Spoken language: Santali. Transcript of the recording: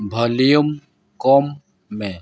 ᱵᱷᱚᱞᱤᱭᱩᱢ ᱠᱚᱢ ᱢᱮ